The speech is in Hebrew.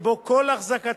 שבו כל החזקתה